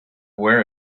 wear